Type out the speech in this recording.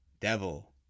Devil